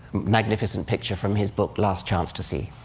magnificent picture from his book, last chance to see.